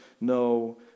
no